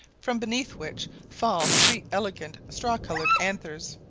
from beneath which fall three elegant straw coloured anthers,